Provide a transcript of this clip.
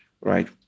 right